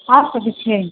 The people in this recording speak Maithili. साग कथी छियैन